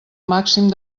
màxim